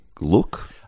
look